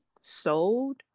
sold